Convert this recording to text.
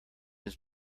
his